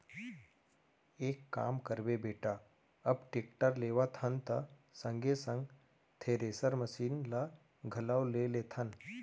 एक काम करबे बेटा अब टेक्टर लेवत हन त संगे संग थेरेसर मसीन ल घलौ ले लेथन